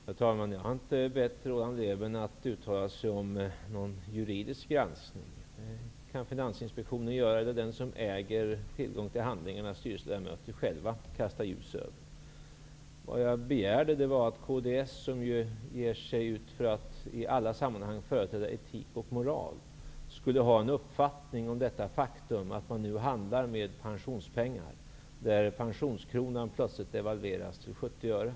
Herr talman! Jag har inte bett Roland Lében att uttala sig om någon juridisk granskning. Det kan Finansinspektionen göra eller den som äger tillgång till handlingarna. Det kan styrelseledamöterna själva kasta ljus över. Vad jag begärde var att kds, som i alla sammanhang ger sig ut för att företräda etik och moral, skulle ha någon uppfattning om det faktum att man nu handlar med pensionspengar, där pensionskronan plötsligt devalveras till 70 öre.